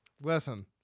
Listen